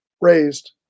raised